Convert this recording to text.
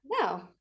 no